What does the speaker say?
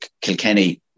Kilkenny